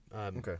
Okay